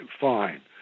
fine